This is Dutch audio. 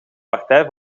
partij